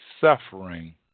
suffering